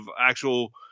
actual